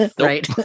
right